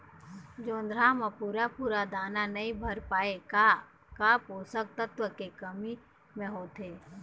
जोंधरा म पूरा पूरा दाना नई भर पाए का का पोषक तत्व के कमी मे होथे?